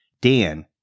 Dan